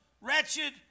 wretched